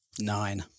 Nine